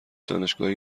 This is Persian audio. دانشگاهی